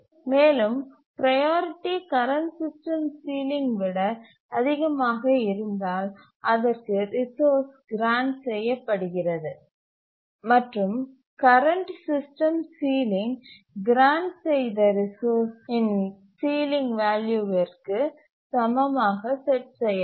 மேலும் priority current system ceiling விட அதிகமாக இருந்தால் அதற்கு ரிசோர்ஸ் கிராண்ட் செய்யப்படுகிறது மற்றும் கரண்ட் சிஸ்டம் சீலிங் கிராண்ட் செய்த ரிசோர்ஸ் இன் சீலிங் வேல்யூவிற்கு சமமாக செட் செய்யப்படும்